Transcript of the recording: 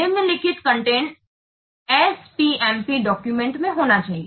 निम्नलिखित content SPMP document में होनी चाहिए